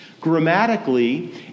grammatically